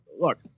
look